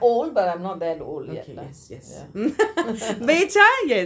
yes yes becak yes